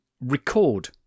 record